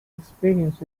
experience